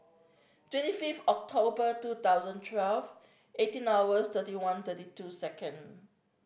twenty fifth October two thousand twelve eighteen hours thirty one thirty two second